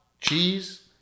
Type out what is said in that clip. Cheese